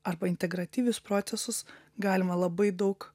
arba integratyvius procesus galima labai daug